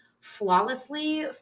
flawlessly